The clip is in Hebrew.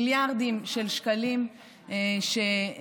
מיליארדים של שקלים שמבוזבזים,